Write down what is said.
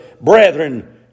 brethren